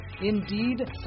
Indeed